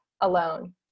alone